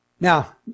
Now